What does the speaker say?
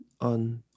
on